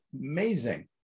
amazing